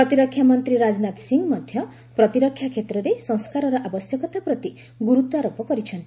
ପ୍ରତିରକ୍ଷା ମନ୍ତ୍ରୀ ରାଜନାଥ ସିଂହ ମଧ୍ୟ ପ୍ରତିରକ୍ଷା କ୍ଷେତ୍ରରେ ସଂସ୍କାରର ଆବଶ୍ୟକତା ପ୍ରତି ଗୁରୁତ୍ୱ ଆରୋପ କରିଛନ୍ତି